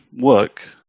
work